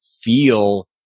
feel